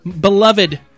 beloved